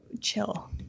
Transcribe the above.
chill